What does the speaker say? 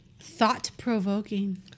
Thought-provoking